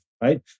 right